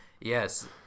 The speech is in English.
Yes